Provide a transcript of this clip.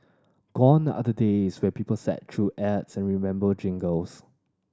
gone are the days when people sat through ads and remembered jingles